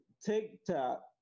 TikTok